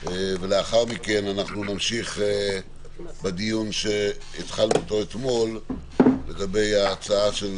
לאחר מכן נמשיך בדיון שהתחלנו אותו אתמול לגבי ההצעה של